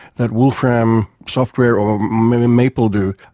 that wolfram software or maybe maple do.